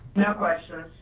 no questions,